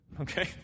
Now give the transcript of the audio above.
Okay